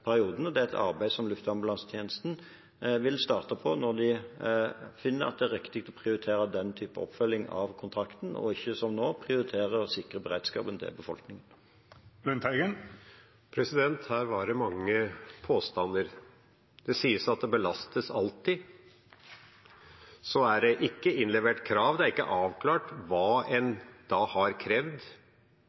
perioden. Det er et arbeid som Luftambulansetjenesten vil starte når de finner at det er riktig å prioritere den type oppfølging av kontrakten, og ikke, som nå, prioritere sikker beredskap for befolkningen. Her var det mange påstander. Det sies at det belastes alltid. Det er ikke innlevert krav, det er ikke avklart hva en har krevd,